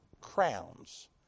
crowns